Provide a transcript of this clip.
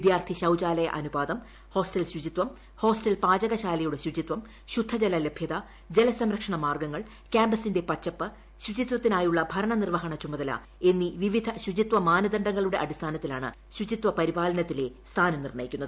വിദ്യാർത്ഥി ശൌചാലയ അനുപാതം ഹോസ്റ്റൽ ശുചിത്വം ഹോസ്റ്റൽ പാചകശാലയുടെ ശുചിത്വം ശുദ്ധജല ലഭ്യത ജലസംരക്ഷണ മാർഗ്ഗങ്ങൾ ക്യാമ്പസ്സിന്റെ പച്ചപ്പ് ശുചിത്വത്തിനായുള്ള ഭരണനിർവ്വഹണ ചുമതല എന്നീ വിവിധ ശുചിത്വ മാനദണ്ഡങ്ങളുടെ അടിസ്ഥാനത്തിലാണ് ശുചിത്വ പരിപാലനത്തിലെ സ്ഥാനം നിർണ്ണയിക്കുന്നത്